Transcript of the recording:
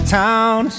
town